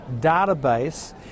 database